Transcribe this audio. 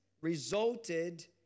resulted